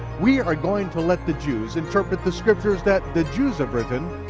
we are going to let the jews interpret the scriptures that the jews have written,